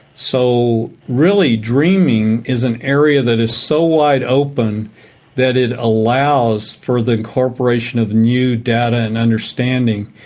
so really dreaming is an area that is so wide open that it allows for the incorporation of new data and understanding,